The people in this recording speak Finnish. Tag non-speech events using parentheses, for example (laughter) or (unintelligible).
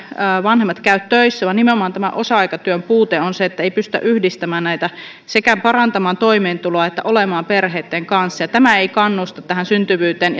vanhemmat käy töissä vaan nimenomaan tämä osa aikatyön puute on se että ei pystytä yhdistämään näitä sekä parantamaan toimeentuloa että olemaan perheitten kanssa ja tämä ei kannusta tähän syntyvyyteen (unintelligible)